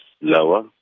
lower